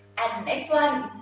and next one.